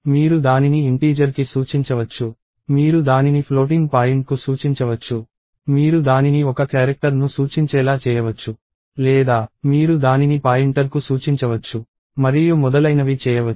మీరు దానిని ఇంటీజర్ కి సూచించవచ్చు మీరు దానిని ఫ్లోటింగ్ పాయింట్ కు సూచించవచ్చు మీరు దానిని ఒక క్యారెక్టర్ ను సూచించేలా చేయవచ్చు లేదా మీరు దానిని పాయింటర్కు సూచించవచ్చు మరియు మొదలైనవి చేయవచ్చు